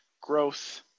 growth